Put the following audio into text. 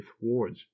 wards